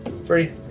Free